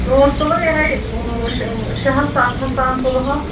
ژوٗنٛٹھۍ تُلو یِہوٚے شےٚ ہَتھ سَتھ ہَتھ تام تُلوکھ